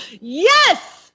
yes